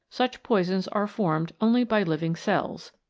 such poisons are formed only by living cells.